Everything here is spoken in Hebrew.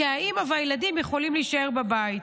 כי האימא והילדים יכולים להישאר בבית.